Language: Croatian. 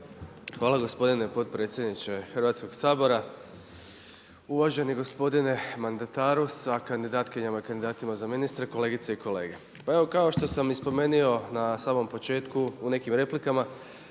Hvala gospodine potpredsjedniče Hrvatskog sabora, uvaženi gospodine mandataru sa kandidatkinjama i kandidatima za ministre, kolegice i kolege. Pa evo kao što sam i spomenuo na samom početku u nekim replikama